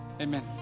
Amen